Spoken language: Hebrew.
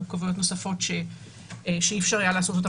מורכבויות נוספות שאי-אפשר היה לעשות אותן